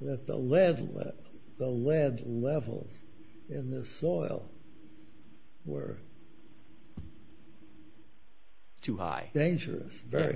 that the lead in the lead levels in the soil were too high dangerous very